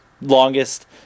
longest